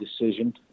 decision